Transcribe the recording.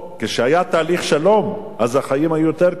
כשהיה תהליך שלום החיים היו יותר קלים.